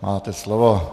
Máte slovo.